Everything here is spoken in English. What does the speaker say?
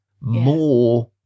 more